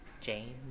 James